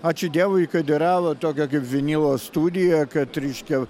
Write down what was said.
ačiū dievui kad yra va tokia kaip vinilo studija kad reiškia